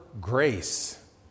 grace